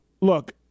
look